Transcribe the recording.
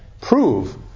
prove